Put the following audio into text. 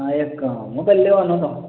હા એક મોબાઇલ લેવાનો હતો